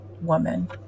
woman